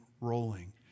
rolling